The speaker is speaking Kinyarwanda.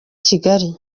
kigali